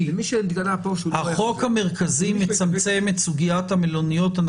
שהחוק המרכזי מצמצם את סוגיית המלוניות.